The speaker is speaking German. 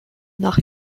nach